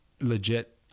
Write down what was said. legit